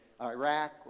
Iraq